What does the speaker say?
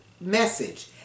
message